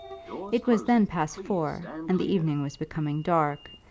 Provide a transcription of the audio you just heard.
it was then past four, and the evening was becoming dark,